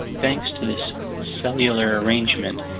thanks to this cellular arrangement,